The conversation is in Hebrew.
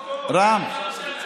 רם.